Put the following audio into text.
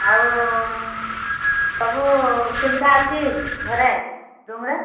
ଆଉ ସବୁ ସୁବିଧା ଅଛି ଘରେ ରୁମ୍ରେ